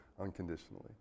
unconditionally